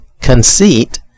conceit